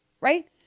Right